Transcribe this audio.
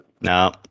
No